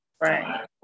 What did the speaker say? Right